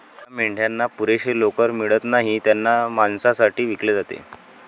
ज्या मेंढ्यांना पुरेशी लोकर मिळत नाही त्यांना मांसासाठी विकले जाते